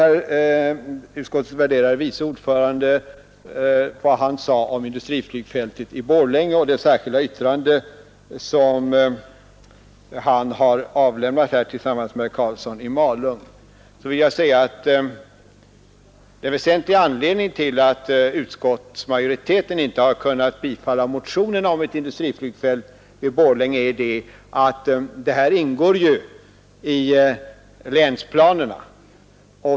Utskottets värderade vice ordförande talade om industriflygfältet i Borlänge och det särskilda yttrande som han har gjort tillsammans med herr Karlsson i Malung. Jag vill säga att den väsentliga anledningen till att utskottsmajoriteten inte kunnat bifalla motionen om ett industriflygfält i Borlänge är att detta ingår i länsplanen.